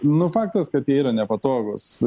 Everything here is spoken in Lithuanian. nu faktas kad jie yra nepatogūs